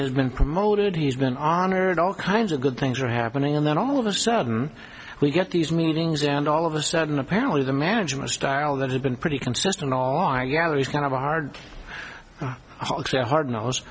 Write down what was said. has been hold it he's been on air and all kinds of good things are happening and then all of a sudden we get these meetings and all of a sudden apparently the management style that has been pretty consistent all i gather is kind of a hard hard